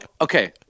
okay